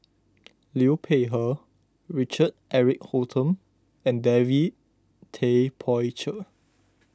Liu Peihe Richard Eric Holttum and David Tay Poey Cher